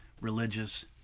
religious